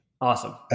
Awesome